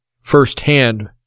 firsthand